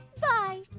Bye